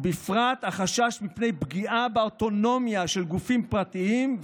בפרט החשש מפני פגיעה באוטונומיה של גופים פרטיים,